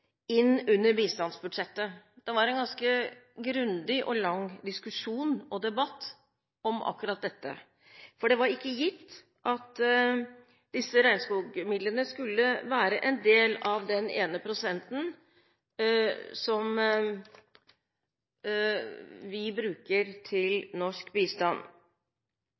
inn under bistandsbudsjettet. Det var en ganske grundig og lang diskusjon – og debatt – om akkurat dette, for det var ikke gitt at disse regnskogmidlene skulle være en del av den ene prosenten vi bruker på norsk bistand.